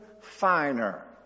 finer